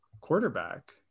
quarterback